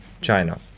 China